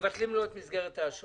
מבטלים לו את מסגרת האשראי.